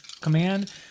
Command